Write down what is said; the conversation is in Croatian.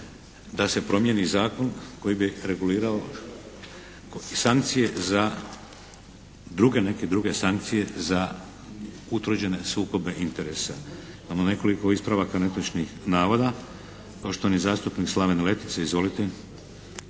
da se promijeni zakon koji bi regulirao sankcije za druge, neke druge sankcije za utvrđene sukobe interesa. Imamo nekoliko ispravaka netočnih navoda. Poštovani zastupnik Slaven Letica. Izvolite.